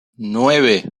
nueve